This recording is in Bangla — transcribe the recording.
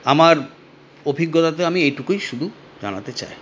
আমার অভিজ্ঞতাতে আমি এইটুকুই শুধু জানাতে চাই